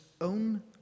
own